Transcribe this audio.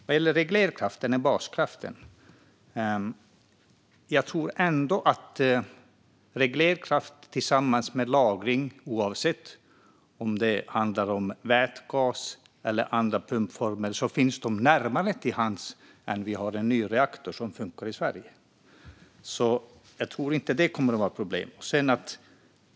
Vad gäller regler eller baskraften tror jag ändå att reglerkraft tillsammans med lagring, oavsett om det handlar om vätgas, pumpkraft eller andra former, ligger närmare till hands än en ny fungerande reaktor i Sverige. Jag tror inte att detta kommer att vara ett problem.